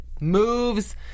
moves